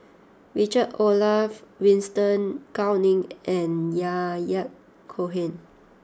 Richard Olaf Winstedt Gao Ning and Yahya Cohen